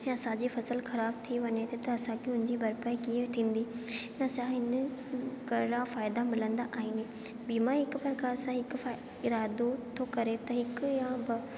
ऐं असांजी फ़सुलु ख़राबु थी वञे त त असांखे उन जी भरपाई कीअं थींदी ऐं असां हिन घणा फ़ाइदा मिलंदा आहिनि बीमा हिकु प्रकार हिकु इरादो थो करे त हिकु या ॿ